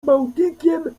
bałtykiem